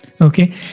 Okay